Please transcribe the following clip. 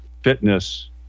Fitness